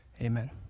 amen